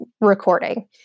recording